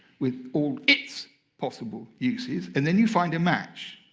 with all its possible uses, and then you find a match.